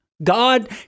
God